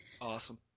Awesome